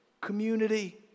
Community